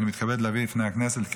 אני מתכבד להביא בפני הכנסת,